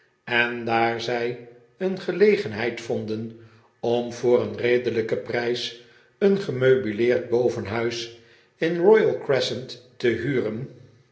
en daar zij een gelegenheid vonden om voor een redely ken prijs een gemeubileerd bovenhuis in de royal crescent te huren